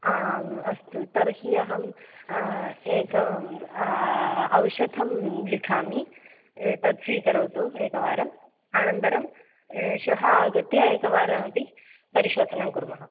आम् अस्तु तर्हि अहम् एकम् औषधं लिखामि तत् स्वीकरोतु एकवारम् अनन्तरं श्वः आगत्य एकवारमपि परिशोधनं कुर्मः